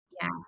yes